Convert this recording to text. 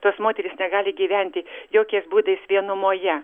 tos moterys negali gyventi jokiais būdais vienumoje